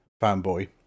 fanboy